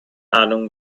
ahnung